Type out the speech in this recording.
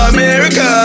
America